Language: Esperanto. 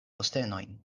postenojn